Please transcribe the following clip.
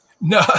No